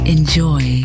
Enjoy